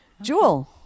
Jewel